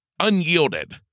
Unyielded